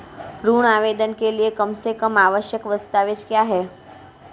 ऋण आवेदन के लिए कम से कम आवश्यक दस्तावेज़ क्या हैं?